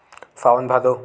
सावन भादो